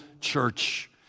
church